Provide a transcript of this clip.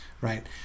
right